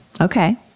Okay